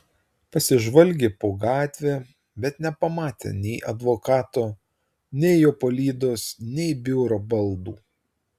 pasižvalgė po gatvę bet nepamatė nei advokato nei jo palydos nei biuro baldų